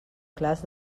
clars